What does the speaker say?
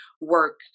work